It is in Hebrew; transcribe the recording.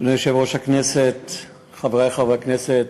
אדוני יושב-ראש הכנסת, חברי חברי הכנסת,